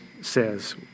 says